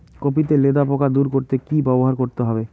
Copy তে লেদা পোকা দূর করতে কি ব্যবহার করতে হবে?